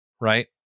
Right